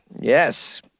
Yes